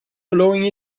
allowing